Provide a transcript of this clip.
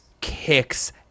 kicks